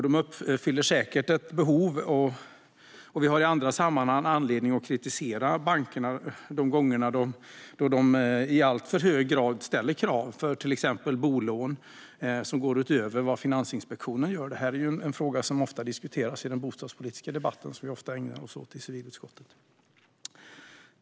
De fyller säkert ett behov, och vi har i andra sammanhang anledning att kritisera bankerna de gånger då de i alltför hög grad ställer krav för till exempel bolån, krav som går utöver vad Finansinspektionen anger. Den här frågan diskuteras i den bostadspolitiska debatten, en fråga som vi ofta ägnar oss åt i civilutskottet.